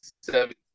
seven